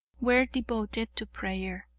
were devoted to prayer,